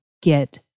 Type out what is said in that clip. get